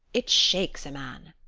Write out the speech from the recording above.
it shakes a man!